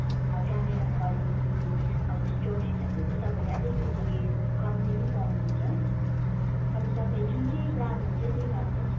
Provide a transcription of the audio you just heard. camera quality अब स्टोरेजहरू चाहिँ तपाईँले अलिकति कम्ती नै पाउनुहुन्छ अब तपाईँ जुन चाहिँ लानुहुन्छ त्यही लानुहोस्